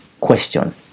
question